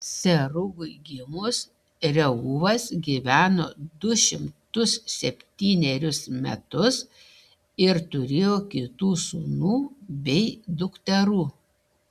serugui gimus reuvas gyveno du šimtus septynerius metus ir turėjo kitų sūnų bei dukterų